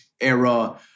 era